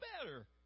better